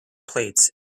plates